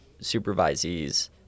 supervisees